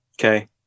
okay